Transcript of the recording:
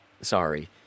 sorry